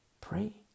Pray